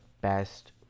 best